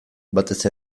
batez